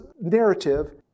narrative